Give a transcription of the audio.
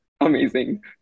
Amazing